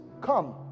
Come